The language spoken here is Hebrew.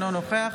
אינו נוכח